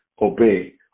Obey